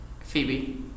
Phoebe